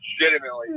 legitimately